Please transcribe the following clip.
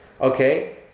Okay